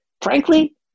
Frankly-